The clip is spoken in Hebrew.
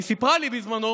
היא סיפרה לי בזמנו